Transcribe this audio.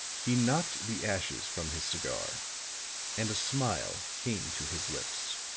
he knocked the ashes from his cigar and a smile came to his lips.